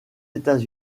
états